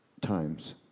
times